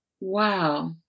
Wow